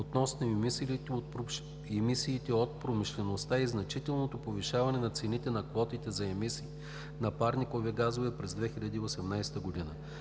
относно емисиите от промишлеността и значителното повишение на цените на квотите за емисии на парникови газове през 2018 г.